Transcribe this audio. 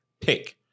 pick